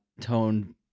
tone